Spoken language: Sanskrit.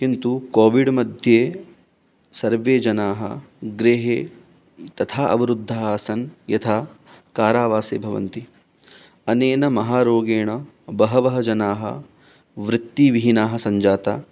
किन्तु कोविड्मध्ये सर्वे जनाः गृहे तथा अवरुद्धः आसन् यथा कारावासे भवन्ति अनेन महारोगेण बहवः जनाः वृत्तिविहीनाः सञ्जाताः